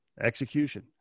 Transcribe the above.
Execution